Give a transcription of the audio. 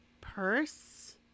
purse